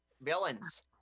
Villains